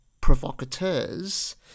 provocateurs